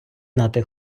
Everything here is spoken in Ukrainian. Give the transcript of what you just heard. знати